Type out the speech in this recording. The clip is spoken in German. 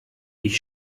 ich